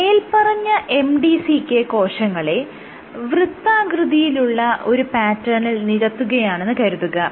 മേല്പറഞ്ഞ MDCK കോശങ്ങളെ വൃത്താകൃതിയിലുള്ള ഒരു പാറ്റേണിൽ നിരത്തുകയാണെന്ന് കരുതുക